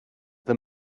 the